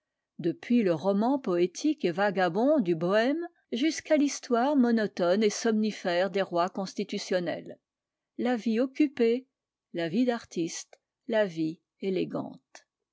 depuis le roman poétique et vagabond du bohème jusqu'à l'histoire monotone et somnifère des rois constitutionnels la vie occupée la vie d'artiste la vie élégante